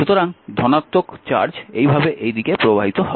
সুতরাং ধনাত্মক চার্জ এই ভাবে এই দিকে প্রবাহিত হবে